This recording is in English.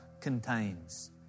contains